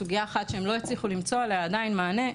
סוגיה אחת שהם לא הצליחו למצוא אליה עדיין מענה,